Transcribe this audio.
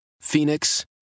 Phoenix